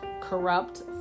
corrupt